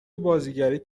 بازیگریت